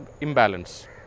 imbalance